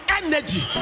energy